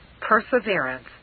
perseverance